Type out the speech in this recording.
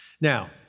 Now